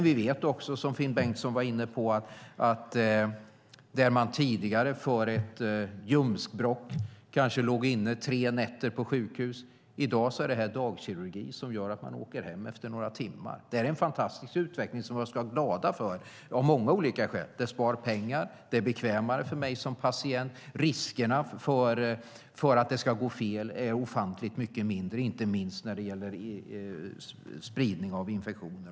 Vi vet, som Finn Bengtsson var inne på, att när man tidigare för ett ljumskbråck kanske låg inne tre nätter på sjukhus åker man i dag hem efter några timmar tack vare dagkirurgin. Det är en fantastisk utveckling som vi ska vara glada för av många olika skäl. Det spar pengar, det är bekvämare för mig som patient och riskerna för att det ska gå fel är ofantligt mycket mindre, inte minst när det gäller spridning av infektioner.